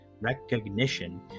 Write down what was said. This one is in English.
recognition